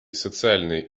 социальные